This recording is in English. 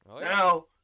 Now